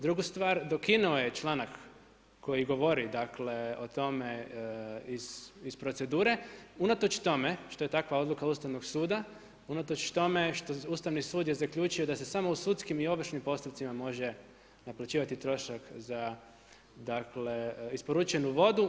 Drugu stvar, dokinuo je članak, koji govori dakle, o tome, iz procedure, unatoč tome što je takva odluka Ustavnog suda, unatoč tome što je Ustavni sud, je zaključio da se samo u sudskim i ovršnim postupcima može naplaćivati trošak za isporučenu vodu.